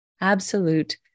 absolute